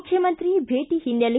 ಮುಖ್ಯಮಂತ್ರಿ ಭೇಟ ಹಿನ್ನೆಲೆ